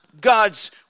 God's